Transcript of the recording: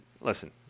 listen